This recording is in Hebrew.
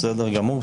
בסדר גמור.